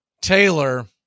Taylor